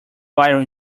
viral